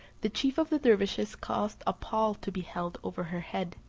the chief of the dervises caused a pall to be held over her head,